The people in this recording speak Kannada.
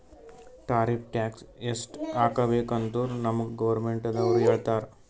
ಟಾರಿಫ್ ಟ್ಯಾಕ್ಸ್ ಎಸ್ಟ್ ಹಾಕಬೇಕ್ ಅಂತ್ ನಮ್ಗ್ ಗೌರ್ಮೆಂಟದವ್ರು ಹೇಳ್ತರ್